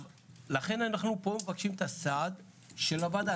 לכן, אנחנו פה מבקשים את הסעד של הוועדה.